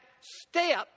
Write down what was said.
step